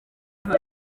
aha